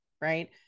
right